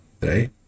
right